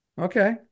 okay